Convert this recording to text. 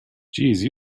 jeez